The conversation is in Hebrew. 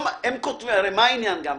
מה העניין?